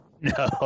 No